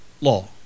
law